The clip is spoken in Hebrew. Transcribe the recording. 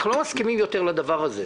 אנחנו לא מסכימים יותר לדבר הזה,